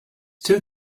two